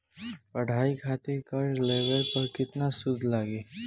पढ़ाई खातिर कर्जा लेवे पर केतना सूद लागी?